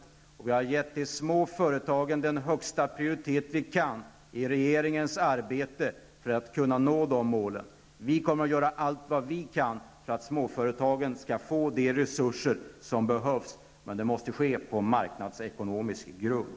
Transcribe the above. Regeringen har i sitt arbete prioriterat de små företagen högst för att kunna nå dessa mål. Vi kommer att göra allt vi kan för att småföretagen skall få de resurser som behövs. Men det måste ske på marknadsekonomisk grund.